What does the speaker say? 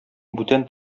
бүтән